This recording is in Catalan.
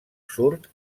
surt